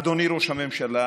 אדוני ראש הממשלה